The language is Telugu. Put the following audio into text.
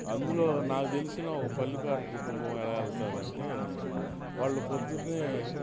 అందులో నాకు తెలిసిన ఒక పల్లెకారు కుటుంబం ఎలా ఎళ్తాదంటే వాళ్ళు పొద్దున్నే